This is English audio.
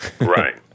Right